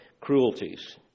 cruelties